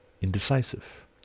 indecisive